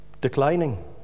declining